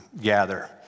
gather